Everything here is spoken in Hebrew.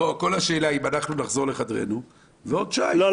כל השאלה היא האם אנחנו יכולים לחזור לחדרנו ועוד שעה --- לא,